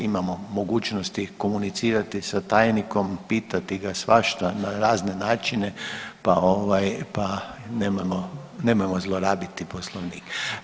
Imamo mogućnosti komunicirati sa tajnikom, pitati ga svašta na razne načine pa nemojmo zlorabiti Poslovnik.